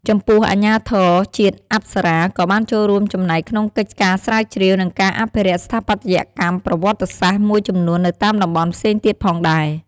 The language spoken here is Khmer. ចំពោះអាជ្ញាធរជាតិអប្សរា ក៏បានចូលរួមចំណែកក្នុងកិច្ចការស្រាវជ្រាវ និងការអភិរក្សស្ថាបត្យកម្មប្រវត្តិសាស្ត្រមួយចំនួននៅតាមតំបន់ផ្សេងទៀតផងដែរ។